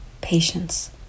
patience